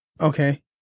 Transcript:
Okay